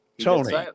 Tony